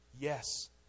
Yes